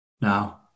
now